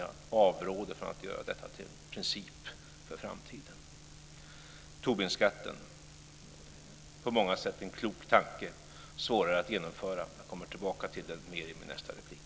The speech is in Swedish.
Jag avråder dock från att detta ska göras till en princip för framtiden. Tobinskatten är på många sätt en klok tanke men kan vara svår att genomföra. Jag kommer tillbaka till den i min nästa replik.